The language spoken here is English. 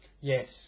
yes